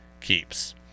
keeps